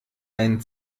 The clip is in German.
ein